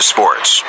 Sports